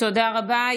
תודה רבה.